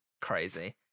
Crazy